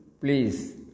please